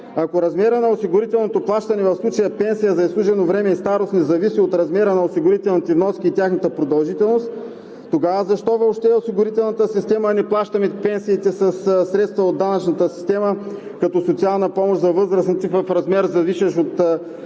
ако размерът на осигурителното плащане, в случая пенсия за изслужено време и старост, не зависи от размера на осигурителните вноски и тяхната продължителност. Тогава защо въобще е осигурителната система, а не плащаме пенсиите със средства от данъчната система, като социална помощ за възрастните в размер, зависещ не